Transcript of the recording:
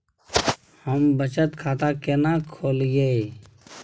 हम बचत खाता केना खोलइयै?